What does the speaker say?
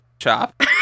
chop